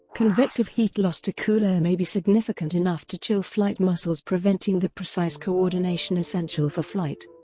convective heat loss to cool air may be significant enough to chill flight muscles preventing the precise coordination essential for flight.